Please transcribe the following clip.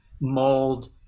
mold